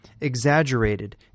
Exaggerated